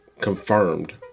confirmed